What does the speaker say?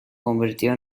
convirtió